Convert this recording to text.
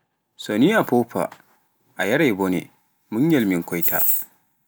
So ni a fofaah dole maa a yaraai bone, munyal min koyta.